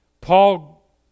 Paul